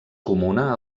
comuna